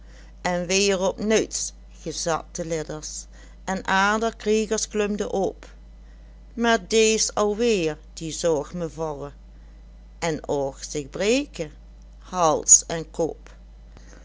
en weer opnuits gezat de ledders en ander kreegers klumden op meer dees alweer die zaog me vallen en ouch zich breken haals en kop